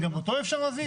גם אותו אי אפשר להזיז?